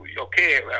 okay